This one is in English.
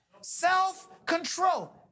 Self-control